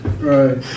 right